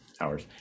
hours